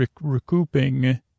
recouping